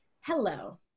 Hello